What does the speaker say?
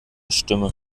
stimme